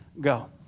go